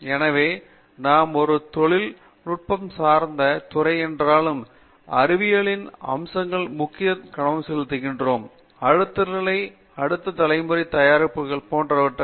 பேராசிரியர் ஸ்ரீகாந்த் வேதாந்தம் எனவே நாம் ஒரு தொழில்நுட்ப சார்ந்த துறை என்றாலும் அறிவியலின் அம்சங்களில் முக்கியம் கவனம் செலுத்துகிறோம் அடுத்த நிலை அடுத்த தலைமுறை தயாரிப்புகள் போன்றவை ஆகும்